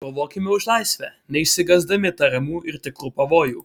kovokime už laisvę neišsigąsdami tariamų ir tikrų pavojų